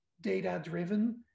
data-driven